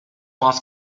was